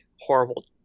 horrible